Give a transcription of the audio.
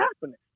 happening